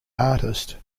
artist